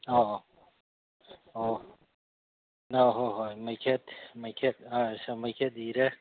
ꯑꯧ ꯑꯧ ꯑꯧ ꯑꯥ ꯍꯣꯏ ꯍꯣꯏ ꯃꯩꯈꯦꯠ ꯃꯩꯈꯦꯠ ꯑꯁꯥ ꯃꯩꯈꯦꯠ ꯏꯔꯦ